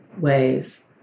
ways